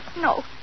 No